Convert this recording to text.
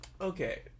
okay